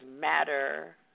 Matter